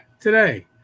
today